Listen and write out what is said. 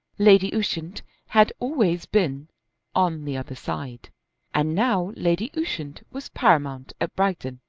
lady ushant had always been on the other side and now lady ushant was paramount at bragton.